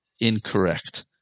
incorrect